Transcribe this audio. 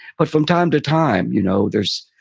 but from time to time, you know, there's,